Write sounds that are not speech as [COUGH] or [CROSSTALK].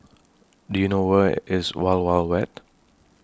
[NOISE] Do YOU know Where IS Wild Wild Wet